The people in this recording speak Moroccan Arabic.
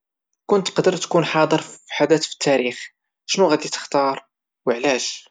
كون تقدر تكون حاضر في حدث في التاريخ شنو غادي تختار او علاش؟